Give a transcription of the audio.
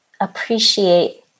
appreciate